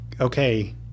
okay